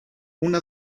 una